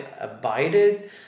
abided